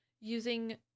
using